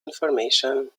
information